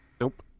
Nope